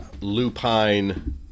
Lupine